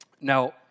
Now